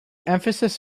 emphasis